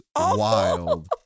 wild